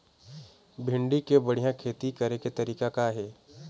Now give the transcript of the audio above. भिंडी के बढ़िया खेती करे के तरीका का हे?